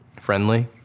Friendly